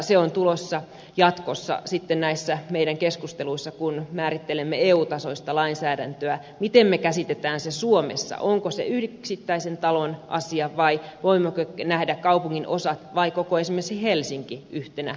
se on tulossa jatkossa sitten näissä meidän keskusteluissamme kun määrittelemme eu tasoista lainsäädäntöä miten me käsitämme sen suomessa onko se yksittäisen talon asia vai voimmeko nähdä kaupunginosan tai esimerkiksi koko helsingin yhtenä nearby järjestelmänä